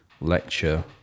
lecture